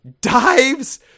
dives